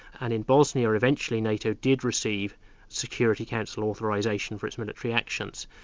and in bosnia eventually, nato did receive security council authorisation for its military actions.